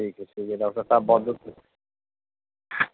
ٹھیک ہے ٹھیک ہے ڈاکٹر صاحب بہت بہت